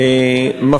סליחה,